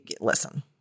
listen